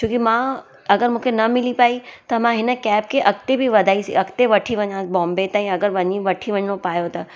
छोकी मां अगरि मूंखे न मिली पइ त मां हिन कैब खे अॻिते बि वधाई स अॻिते बि वठी वञा बॉम्बे ताईं अगरि वञी वठी वञिणो पियो त